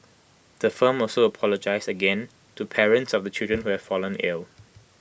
the firm also apologised again to parents of the children who have fallen ill